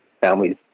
families